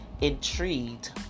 intrigued